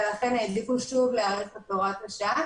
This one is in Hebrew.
ולכן העדיפו שוב להאריך את הוראת השעה.